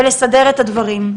ולסדר את הדברים.